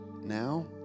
now